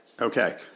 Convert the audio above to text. Okay